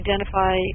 identify